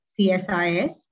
CSIS